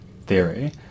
theory